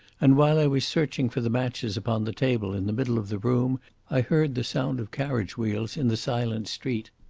and while i was searching for the matches upon the table in the middle of the room i heard the sound of carriage wheels in the silent street.